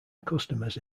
customers